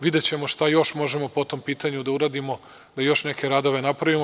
Videćemo šta još možemo po tom pitanju da uradimo da još neke radove napravimo.